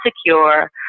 secure